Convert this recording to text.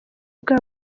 bwa